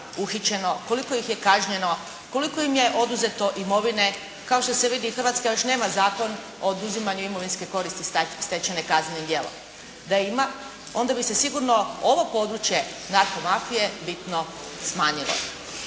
uhićeno, koliko ih je kažnjeno, koliko im je oduzeto imovine, kao što se vidi Hrvatska još nema Zakon o oduzimanju imovinske koristi stečene kaznenim djelom. Da ima onda bi se sigurno ovo područje narkomafije bitno smanjilo.